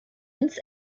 ins